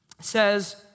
says